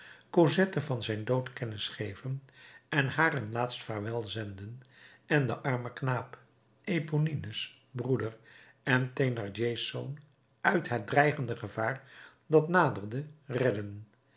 cosette van zijn dood kennis geven en haar een laatst vaarwel zenden en den armen knaap eponines broeder en thénardiers zoon uit het dreigende gevaar dat naderde redden